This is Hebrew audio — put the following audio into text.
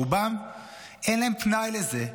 האבסורד הוא שלרובם אין פנאי לזה,